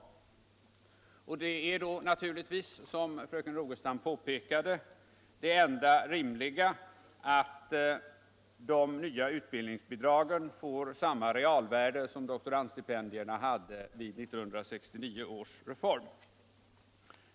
Det enda rimliga är då naturligtvis, som fröken Rogestam påpekade, att de nya utbildningsbidragen får samma realvärde som doktorandstipendierna hade vid 1969 års reform.